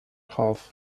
health